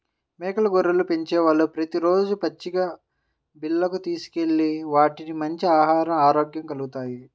మేకలు, గొర్రెలను పెంచేవాళ్ళు ప్రతి రోజూ పచ్చిక బీల్లకు తీసుకెళ్తే వాటికి మంచి ఆహరం, ఆరోగ్యం కల్గుతాయి